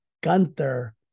Gunther